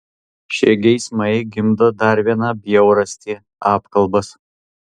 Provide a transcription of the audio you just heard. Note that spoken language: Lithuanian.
šie geismai gimdo dar vieną bjaurastį apkalbas